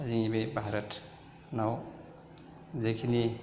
जोंनि बे भारतनाव जेखिनि